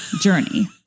journey